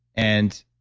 and,